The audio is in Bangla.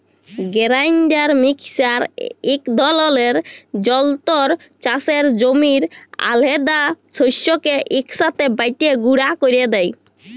গেরাইল্ডার মিক্সার ইক ধরলের যল্তর চাষের জমির আলহেদা শস্যকে ইকসাথে বাঁটে গুঁড়া ক্যরে দেই